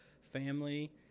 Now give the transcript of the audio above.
family